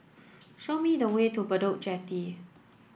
show me the way to Bedok Jetty